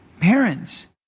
parents